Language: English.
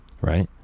right